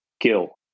Gil